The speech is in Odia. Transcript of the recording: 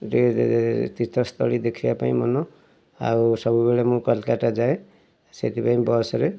ତୀର୍ଥସ୍ଥଳୀ ଦେଖିବା ପାଇଁ ମନ ଆଉ ସବୁବେଳେ ମୁଁ କାଲକାଟା ଯାଏ ସେଇଥି ପାଇଁ ବସ୍ରେ